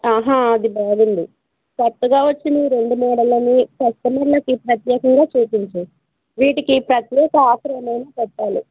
ఆహా అది బాగుంది కొత్తగా వచ్చినా రెండు మోడల్ని కస్టమర్లకి ప్రత్యేకంగా చూపించు వీటికి ప్రత్యేక ఆఫర్ ఏమైనా పెట్టాలి